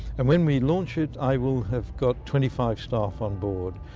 and when we launch it i will have got twenty five staff on board.